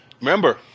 remember